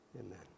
Amen